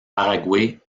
paraguay